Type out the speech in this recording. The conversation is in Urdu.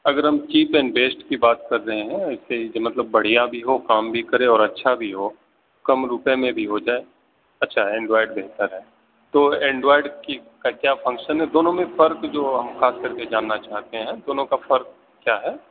اگر ہم چیپ اینڈ بیسٹ کی بات کر رہے ہیں ایسے ہی مطلب بڑھیا بھی ہو کام بھی کرے اور اچھا بھی ہو کم روپئے میں بھی ہو جائے اچھا اینڈرائڈ بہتر ہے تو اینڈرائڈ کی کا کیا فنکشن ہے دونوں میں فرق جو ہم خاص کر کے جاننا چاہتے ہیں دونوں کا فرق کیا ہے